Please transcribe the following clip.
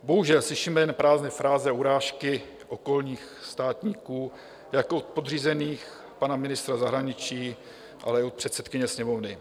Bohužel, slyšíme jen prázdné fráze a urážky okolních státníků jako od podřízených pana ministra zahraničí, ale i od předsedkyně Sněmovny.